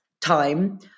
time